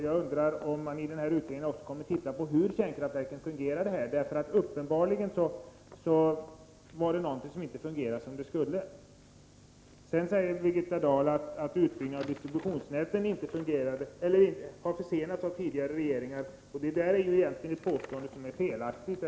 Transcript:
Jag undrar om man i utredningen också kommer att undersöka hur kärnkraftverken fungerade. Uppenbarligen var det någonting som inte fungerade som det skulle. Birgitta Dahl säger också att utbyggnaden av distributionsnätet har försenats av tidigare regeringar. Det är ett påstående som egentligen är felaktigt.